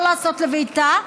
לא לעשות לביתה.